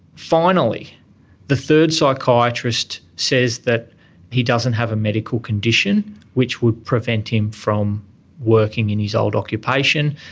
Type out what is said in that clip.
finally the third psychiatrist says that he doesn't have a medical condition which would prevent him from working in his old occupation.